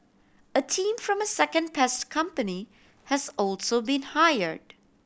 a team from a second pest company has also been hired